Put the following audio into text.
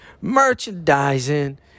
merchandising